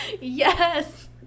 Yes